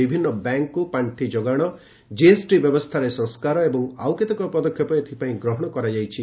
ବିଭିନ୍ନ ବ୍ୟାଙ୍କକୁ ପାର୍ଷି ଯୋଗାଣ ଜିଏସ୍ଟି ବ୍ୟବସ୍ଥାରେ ସଂସ୍କାର ଏବଂ ଆଉ କେତେକ ପଦକ୍ଷେପ ଏଥିପାଇଁ ଗ୍ରହଣ କରାଯାଇଛି